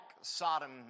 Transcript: Sodom